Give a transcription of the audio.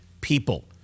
people